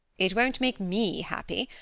it won't make me happy,